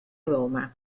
roma